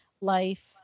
life